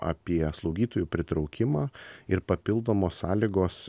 apie slaugytojų pritraukimą ir papildomos sąlygos